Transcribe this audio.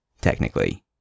technically